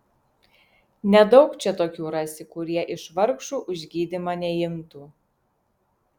nedaug čia tokių rasi kurie iš vargšų už gydymą neimtų